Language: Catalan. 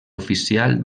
oficial